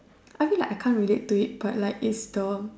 I feel like I can't relate to it but like it's the